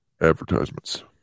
advertisements